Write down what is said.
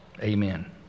amen